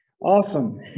Awesome